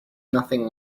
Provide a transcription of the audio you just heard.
nothing